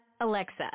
Alexa